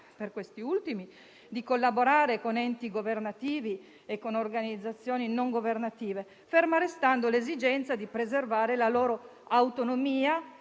per questi ultimi di collaborare con enti governativi e con organizzazioni non governative, ferma restando l'esigenza di preservare la loro autonomia